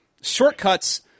Shortcuts